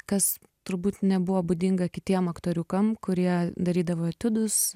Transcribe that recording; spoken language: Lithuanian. kas turbūt nebuvo būdinga kitiem aktoriukam kurie darydavo etiudus